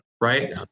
right